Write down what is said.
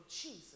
Jesus